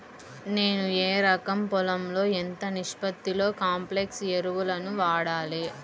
నేను ఎకరం పొలంలో ఎంత నిష్పత్తిలో కాంప్లెక్స్ ఎరువులను వాడాలి?